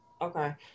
Okay